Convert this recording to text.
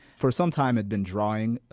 for some time had been drawing,